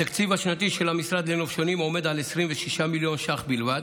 התקציב השנתי של המשרד לנופשונים עומד על 26 מיליון שקלים בלבד.